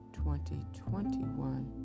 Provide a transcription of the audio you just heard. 2021